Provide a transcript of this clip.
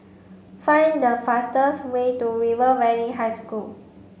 find the fastest way to River Valley High School